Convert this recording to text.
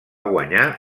guanyar